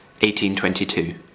1822